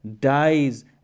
dies